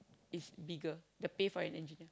is bigger the pay for an engineer